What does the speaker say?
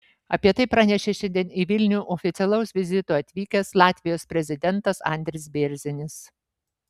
apie tai pranešė šiandien į vilnių oficialaus vizito atvykęs latvijos prezidentas andris bėrzinis